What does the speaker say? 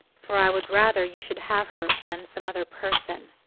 for i would rather you should have her than some other person.